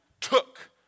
took